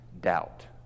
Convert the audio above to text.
doubt